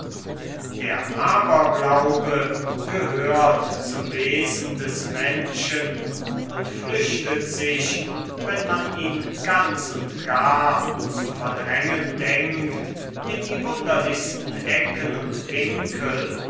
der aberglaube gehört zum wesen des menschen und flüchtet sich wenn man ihn ganz und gar zu verdrängen denkt in die wunderlichsten ecken und winkel